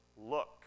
look